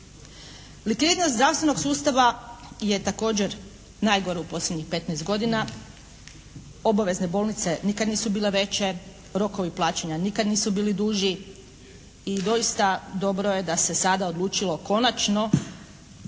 Likvidnost zdravstvenog sustava je također najgora u posljednjih 15 godina. Obavezne bolnice nikad nisu bile veće, rokovi plaćanja nikad nisu bili duži i doista dobro je da se sada odlučilo konačno,